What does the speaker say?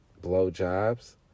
blowjobs